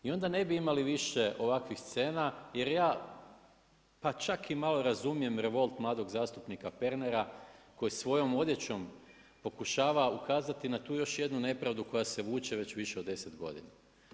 I onda ne bi imali više ovakvih scena, jer ja pa čak i malo razumijem revolt mladog zastupnika Pernara koji svojom odjećom pokušava ukazati na tu još jednu nepravdu koja se vuče već više od 10 godina.